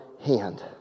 hand